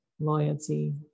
loyalty